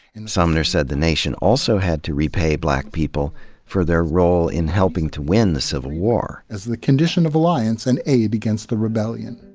sumner said the nation also had to repay black people for their role in helping to win the civil war, as the condition of alliance and aid against the rebellion.